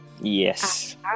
Yes